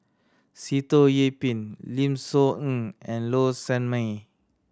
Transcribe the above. Sitoh Yih Pin Lim Soo Ngee and Low Sanmay